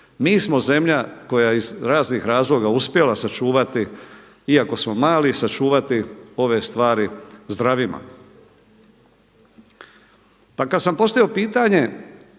Mi smo zemlja koja je iz raznih razloga uspjela sačuvati iako smo mali, sačuvati ove stvari zdravima. Pa kad sam postavio pitanje